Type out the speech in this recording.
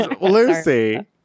Lucy